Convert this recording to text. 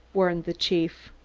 warned the chief.